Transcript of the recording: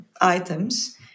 items